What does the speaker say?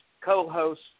co-host